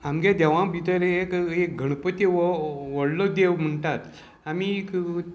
आमगे देवां भितर एक एक गणपती हो व्हडलो देव म्हणटात आमी